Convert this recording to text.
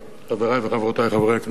חברי וחברותי חברי הכנסת,